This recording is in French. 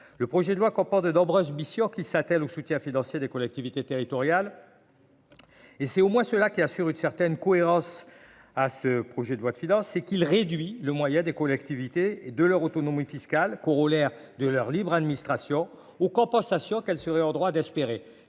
le projet de loi comporte de nombreuses missions qui s'attelle au soutien financier des collectivités territoriales et c'est au moins cela qui assure une certaine cohérence à ce projet de loi de finances et qu'il réduit le moyen des collectivités et de leur autonomie fiscale corollaire de leur libre administration. Ou compensation qu'elle serait en droit d'espérer